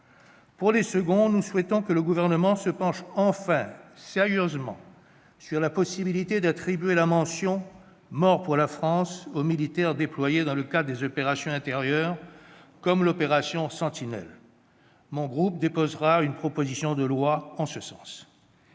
les seconds, nous souhaitons que le Gouvernement se penche enfin sérieusement sur la possibilité d'attribuer la mention « Mort pour la France » aux militaires déployés dans le cadre des opérations intérieures comme l'opération Sentinelle. Mon groupe déposera une proposition de loi en ce sens.